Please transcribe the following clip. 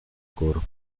coro